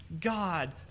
God